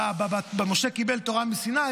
ב"משה קיבל תורה מסיני",